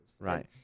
right